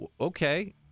Okay